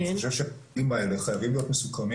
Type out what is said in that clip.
אני חושב שהנהלים האלה חייבים להיות מסוכמים